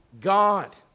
God